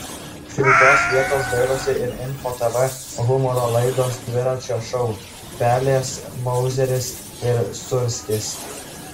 šiltos vietos dairosi ir info tv humoro laidos dviračio šou pelės mauzeris ir sūrskis